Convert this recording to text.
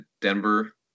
Denver